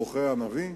בוכה הנביא.